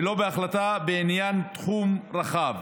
ולא בהחלטה בעניין תחום רחב.